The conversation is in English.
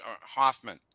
Hoffman